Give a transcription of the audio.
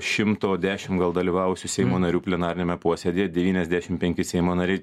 šimto dešim gal dalyvavusių seimo narių plenariniame posėdyje devyniasdešim penki seimo nariai